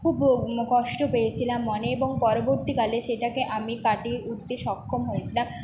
খুব কষ্ট পেয়েছিলাম মনে এবং পরবর্তীকালে সেটাকে আমি কাটিয়ে উঠতে সক্ষম হয়েছিলাম